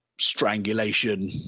strangulation